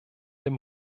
dem